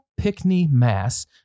Pickney-Mass